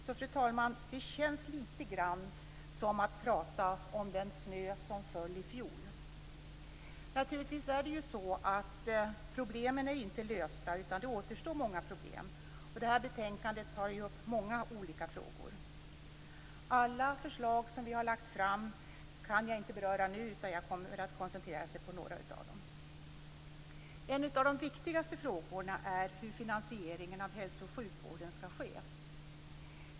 Så det här känns, fru talman, litet grand som att prata om den snö som föll i fjol. Naturligtvis är det så att problemen inte är lösta. Det återstår många problem. Det här betänkandet tar upp många olika frågor. Alla förslag som vi har lagt fram kan jag inte beröra nu, utan jag kommer att koncentrera mig på några av dem. En av de viktigaste frågorna är hur finansieringen av hälso och sjukvården skall ske.